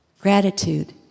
gratitude